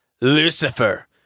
Lucifer